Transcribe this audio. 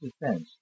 defense